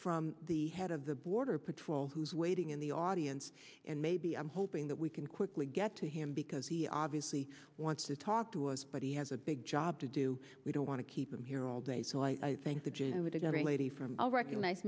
from the head of the border patrol who's waiting in the audience and maybe i'm hoping that we can quickly get to him because he obviously wants to talk to but he has a big job to do we don't want to keep him here all day so i think the jews with a great lady from all recognize